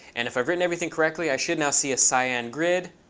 and if i've written everything correctly, i should now see a cyan grid.